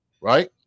Right